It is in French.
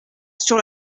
sur